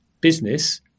business